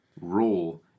role